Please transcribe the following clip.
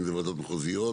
אם זה ועדות מחוזיות,